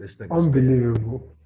Unbelievable